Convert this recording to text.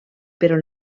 però